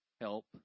Help